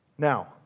Now